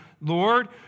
Lord